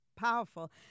powerful